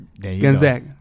Gonzaga